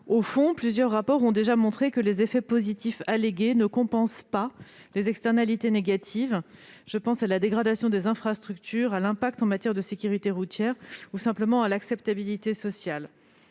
le fond, plusieurs rapports ont déjà montré que les effets positifs allégués ne compensent pas les externalités négatives ; je pense à la dégradation des infrastructures, à l'impact en matière de sécurité routière ou encore simplement à l'acceptabilité sociale.